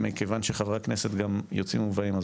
מכיוון שחברי הכנסת גם יוצאים ובאים,